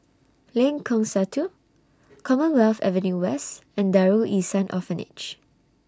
Lengkong Satu Commonwealth Avenue West and Darul Ihsan Orphanage